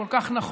כל כך נכון,